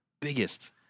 Biggest